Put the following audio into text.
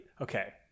Okay